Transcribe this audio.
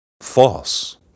false